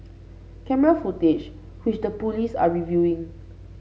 camera footage which the police are reviewing